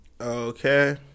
Okay